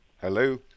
Hello